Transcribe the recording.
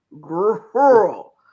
Girl